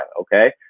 okay